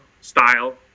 style